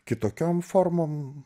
kitokiom formom